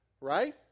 Right